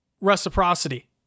reciprocity